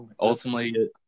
Ultimately